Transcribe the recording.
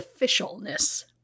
officialness